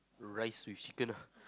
rice with chicken ah